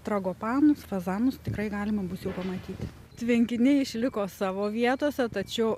tragopanus fazanus tikrai galima bus jau pamatyti tvenkiniai išliko savo vietose tačiau